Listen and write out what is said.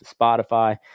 spotify